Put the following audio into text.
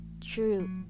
true